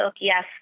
yes